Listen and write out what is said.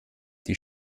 die